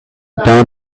down